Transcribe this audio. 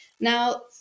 now